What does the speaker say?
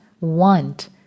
want